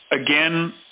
Again